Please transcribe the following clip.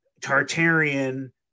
tartarian